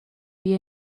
بیا